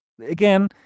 again